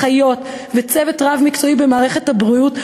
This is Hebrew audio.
אחיות וצוות רב-מקצועי במערכת הבריאות,